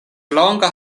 longa